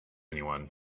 anyone